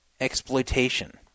exploitation